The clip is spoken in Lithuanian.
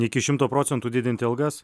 iki šimto procentų didinti algas